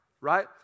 Right